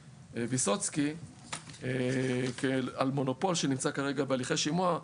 ויסוצקי כעל מונופול שנמצא כרגע בהליכי שימוע.